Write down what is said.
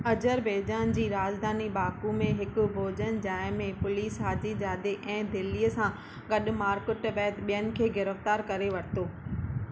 Azerbaijan जी राजधानी Baku में हिकु भोजनजाइ में पुलिस हाजीजादे ऐं दिल्लीअ सां गॾु मारकुट बैदि ॿियनि खे गिरफ़्तार करे वरितो